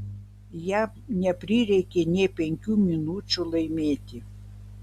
jam neprireikė nė penkių minučių laimėti